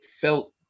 felt